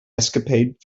escapade